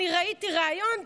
אני ראיתי ריאיון,